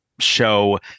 show